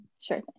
Sure